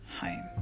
home